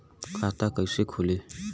खाता कईसे खुली?